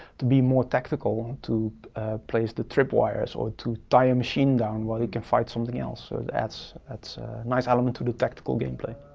to be more tactical, to place the tripwires, or to tie a machine down while you can fight something else. so that's a nice element to do tactical gameplay.